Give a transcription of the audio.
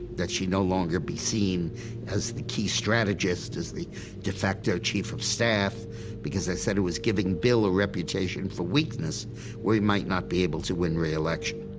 that she no longer be seen as the key strategist, as the de facto chief of staff because i said it was giving bill a reputation for weakness where he might not be able to win reelection.